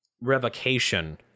revocation